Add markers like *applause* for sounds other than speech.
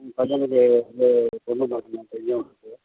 ம் *unintelligible* வந்து பொண்ணு பார்க்கணும் என் பையனுக்கு